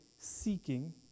seeking